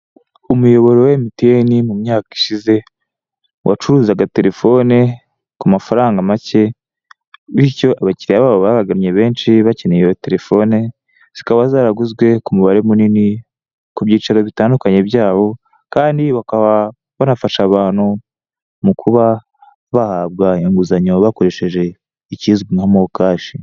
Umuyoboro wa emutiyene mu myaka ishize wacuruzaga terefone ku mafaranga make bityo abakiriya babo bahagannye benshi bakeneye izo terefone, zikaba zaraguzwe ku mubare munini ku byicaro bitandukanye byabo, kandi bakaba banafasha abantu mu kuba bahabwa inguzanyo bakoresheje ikizwi nka mokashi.